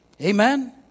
Amen